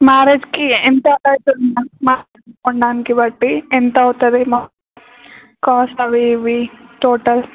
మ్యారేజ్కి ఎంత బట్టి ఎంతవుతుంది మా కాస్ట్ అవి ఇవి టోటల్